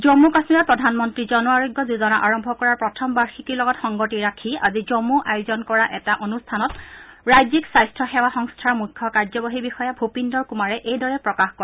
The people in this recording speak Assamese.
জন্মু কাশ্মীৰত প্ৰধানমন্ত্ৰী জনআৰোধ্য যোজনা আৰম্ভ কৰাৰ প্ৰথম বাৰ্যিকিৰ লগত সংগতি ৰাখি আজি জন্মু আয়োজন কৰা এটা অনুষ্ঠানত ৰাজ্যিক স্বাস্থ্য সেৱা সংস্থাৰ মুখ্য কাৰ্যবাহী বিষয়া ভূপিন্দৰ কুমাৰে এইদৰে প্ৰকাশ কৰে